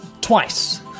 twice